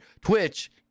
Twitch